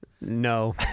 No